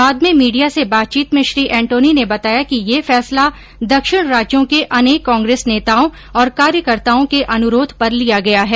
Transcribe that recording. बाद में मीडिया र्स बातचीत में श्री एंटोनी ने बताया कि यह फैसला दक्षिण राज्यों के अनेक कांग्रेस नेताओं और कार्यकर्ताओं के अनुरोध पर लिया गया है